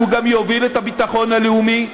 הוא גם יוביל את הביטחון הלאומי?